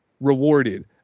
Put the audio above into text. rewarded